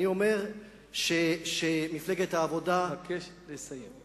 אני אומר שמפלגת העבודה, אני מבקש לסיים.